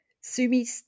Sumi